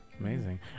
Amazing